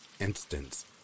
Instance